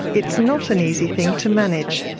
it's not an easy thing to manage.